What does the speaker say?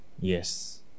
yes